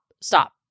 stop